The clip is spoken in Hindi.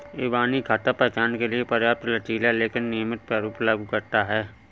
इबानी खाता पहचान के लिए पर्याप्त लचीला लेकिन नियमित प्रारूप लागू करता है